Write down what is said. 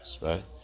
right